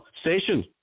station